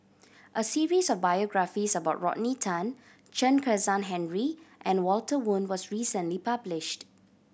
a series of biographies about Rodney Tan Chen Kezhan Henri and Walter Woon was recently published